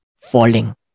falling